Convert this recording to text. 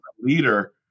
leader